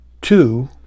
two